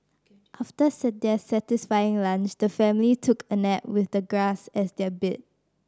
after their satisfying lunch the family took a nap with the grass as their bed